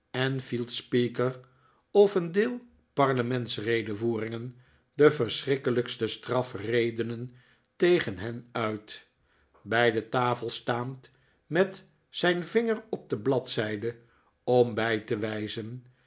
enfield's speaker of een deel parlementsredevoeringen de verschrikkelijkste strafredenen tegen hen uit bij de tafel staand met zijn vinger op de bladzijde om bij te wijzen